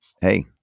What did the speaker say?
Hey